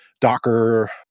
docker